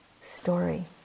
story